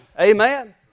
Amen